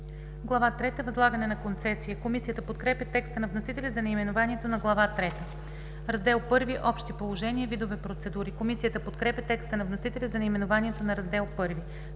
трета – Възлагане на концесия“. Комисията подкрепя текста на вносителя за наименованието на Глава трета. „Раздел І – Общи положения. Видове процедури“. Комисията подкрепя текста на вносителя за наименованието на Раздел І.